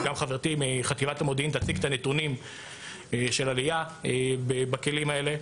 וגם חברתי מחטיבת המודיעין תציג את הנתונים של עלייה בכלים האלה.